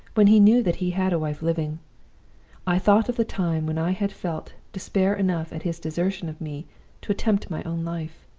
when he knew that he had a wife living i thought of the time when i had felt despair enough at his desertion of me to attempt my own life.